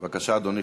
בבקשה, אדוני.